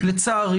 לצערי